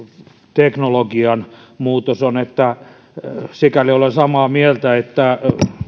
teknologian muutos sikäli olen samaa mieltä että me